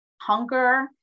Hunger